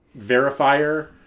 verifier